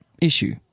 issue